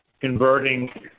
converting